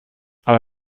aber